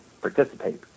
participate